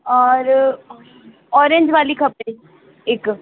और ऑरेंज वाली खपे हिकु